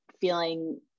feeling